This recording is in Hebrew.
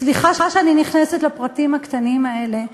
סליחה שאני נכנסת לפרטים הקטנים האלה,